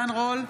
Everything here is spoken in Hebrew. עידן רול,